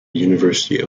university